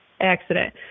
accident